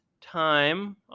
time